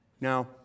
Now